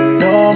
no